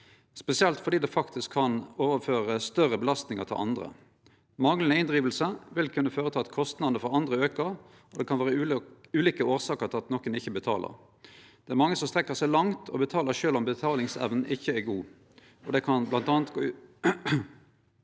spesielt fordi det faktisk kan overføre større belastningar til andre. Manglande inndriving vil kunne føre til at kostnadene for andre aukar. Det kan vere ulike årsaker til at nokon ikkje betaler. Det er mange som strekkjer seg langt og betaler sjølv om betalingsevna ikkje er god, og det kan bl.a. gå ut